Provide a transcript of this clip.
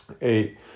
Eight